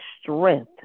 strength